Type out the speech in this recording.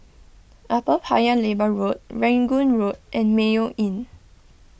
Upper Paya Lebar Road Rangoon Road and Mayo Inn